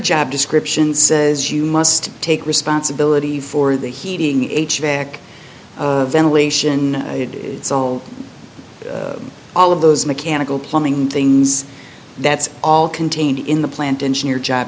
job description says you must take responsibility for the heating a check of ventilation it's all all of those mechanical plumbing things that's all contained in the plant engineer job